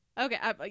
Okay